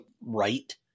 right